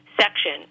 section